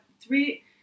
three